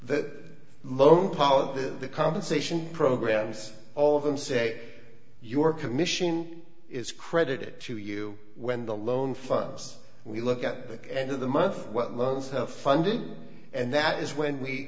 moment politics the compensation programs all of them say your commission is credited to you when the loan funds we look at the end of the month what months have funded and that is when we